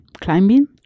climbing